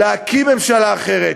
להקים ממשלה אחרת,